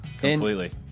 completely